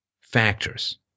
factors